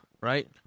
right